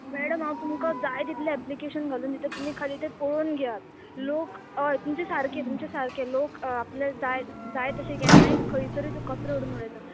madam हांव तुमकां जाय तितलें एप्लिकेशन घालून दितात तुमी खाली तें पळोवन घेयात लोक हय तुमचें सारकें तुमचें सारकें लोक आपलें जाय जाय तशें केन्नाय खंयसरूय कचरोडून उडो येता